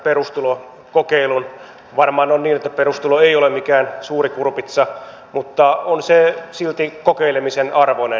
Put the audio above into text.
varmaan on niin että perustulo ei ole mikään suuri kurpitsa mutta on se silti kokeilemisen arvoinen